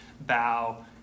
bow